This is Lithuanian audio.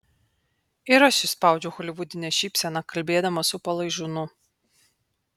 ir aš išspaudžiau holivudinę šypseną kalbėdamas su palaižūnu